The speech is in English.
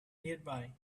nearby